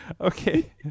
okay